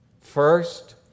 First